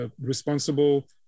responsible